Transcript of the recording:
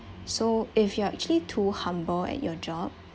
so if you are actually too humble at your job